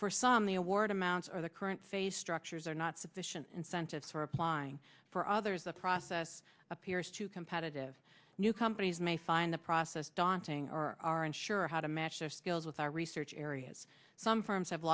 for some the award amounts or the current phase structures are not sufficient incentives for applying for others the process appears to competitive new companies may find the process daunting or are unsure how to match their skills with our research areas some firms have